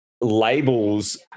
labels